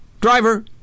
Driver